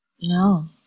no